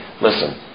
listen